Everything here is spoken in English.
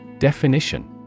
Definition